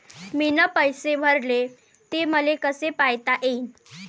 मीन पैसे भरले, ते मले कसे पायता येईन?